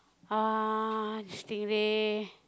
ah stingray